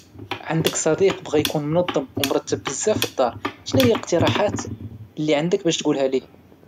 عندك صديق بغا يقرا بزاف ديال الكتب ولكن معندوش الوقت، شناهيا النصيحة اللي ممكن تقدمها ليه؟